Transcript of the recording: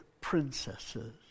princesses